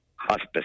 hospice